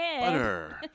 butter